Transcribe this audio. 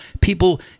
People